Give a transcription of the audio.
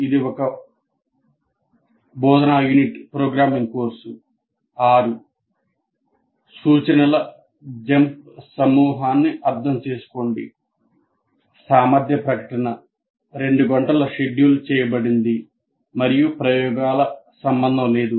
ఇది బోధనా unit programming course 6 "సూచనల జంప్ సమూహాన్ని అర్థం చేసుకోండి" సామర్థ్య ప్రకటన 2 గంటలు షెడ్యూల్ చేయబడింది మరియు ప్రయోగశాల సంబంధం లేదు